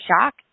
shock